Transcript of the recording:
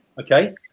okay